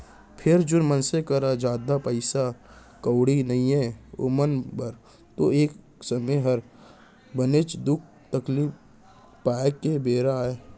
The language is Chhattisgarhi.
फेर जेन मनसे करा जादा पइसा कउड़ी नइये ओमन बर तो ए समे हर बनेच दुख तकलीफ पाए के बेरा अय